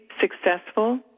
successful